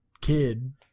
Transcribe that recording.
kid